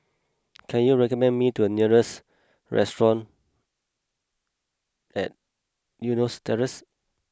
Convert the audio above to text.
can you recommend me to a nearest restaurant at Eunos Terrace